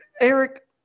Eric